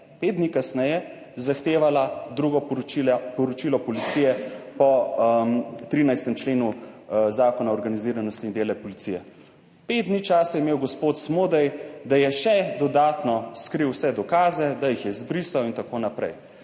pet dni kasneje zahtevala drugo poročilo, poročilo policije po 13. členu Zakona o organiziranosti in delu policije. 5 dni časa je imel gospod Smodej, da je še dodatno skril vse dokaze, da jih je zbrisal in tako naprej.